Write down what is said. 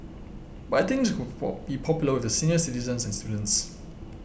but I think this could fall be popular with the senior citizens and students